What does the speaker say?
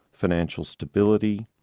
financial stability,